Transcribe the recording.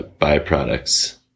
byproducts